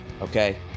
Okay